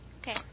Okay